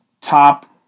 top